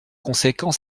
conséquent